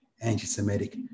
anti-Semitic